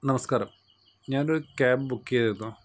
നമസ്കാരം ഞാനൊരു ക്യാബ് ബുക്കെയ്തിരുന്നു